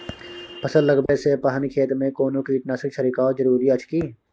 फसल लगबै से पहिने खेत मे कोनो कीटनासक छिरकाव जरूरी अछि की?